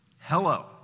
Hello